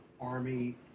Army